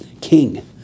king